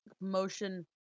motion